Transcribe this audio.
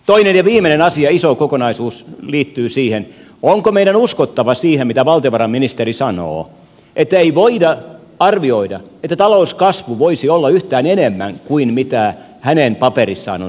toinen ja viimeinen asia iso kokonaisuus liittyy siihen onko meidän uskottava siihen mitä valtiovarainministeri sanoo siihen että ei voida arvioida että talouskasvu voisi olla yhtään enemmän kuin hänen paperissaan on sanottu